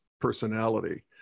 personality